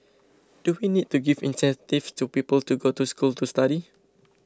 do we need to give incentives to people to go to school to study